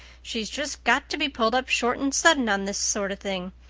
she's just got to be pulled up short and sudden on this sort of thing.